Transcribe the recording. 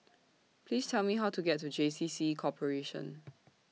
Please Tell Me How to get to J C C Corporation